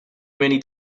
many